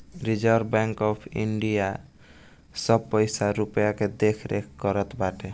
reserve Bank of India bank सब पईसा रूपया के देखरेख करत बाटे